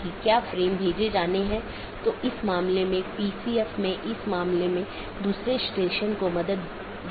जैसा कि हमने देखा कि रीचैबिलिटी informations मुख्य रूप से रूटिंग जानकारी है